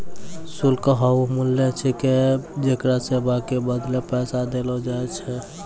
शुल्क हौअ मूल्य छिकै जेकरा सेवा के बदले पैसा देलो जाय छै